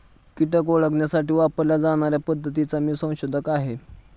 कीटक ओळखण्यासाठी वापरल्या जाणार्या पद्धतीचा मी संशोधक आहे